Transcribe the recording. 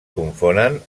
confonen